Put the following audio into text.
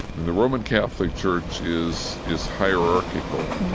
the roman catholic church is is hierarchical.